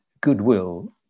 goodwill